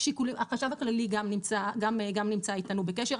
החשב הכללי גם נמצא איתנו בקשר,